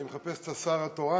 אני מחפש את השר התורן.